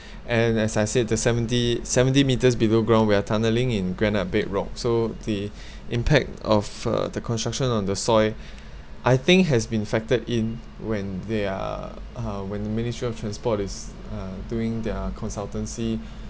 and as I said the seventy seventy metres below ground we're tunneling in granite bedrock so the impact of uh the construction on the soil I think has been factored in when their uh when ministry of transport is uh doing their consultancy